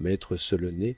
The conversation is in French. maître solonet